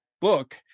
book